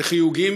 וחיוגים,